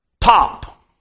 top